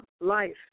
life